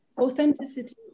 authenticity